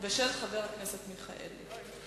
ושל חבר הכנסת מיכאלי.